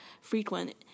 frequent